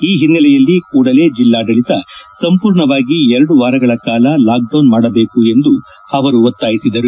ಈ ಹಿನ್ನೆಲೆಯಲ್ಲಿ ಕೂಡಲೇ ಜಿಲ್ಡಾಡಳಿತ ಸಂಪೂರ್ಣವಾಗಿ ಎರಡು ವಾರಗಳ ಕಾಲ ಲಾಕ್ಡೌನ್ ಮಾಡಬೇಕು ಎಂದು ಅವರು ಒತ್ತಾಯಿಸಿದರು